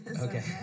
Okay